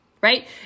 right